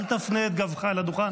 אל תפנה את גבך אל הדוכן.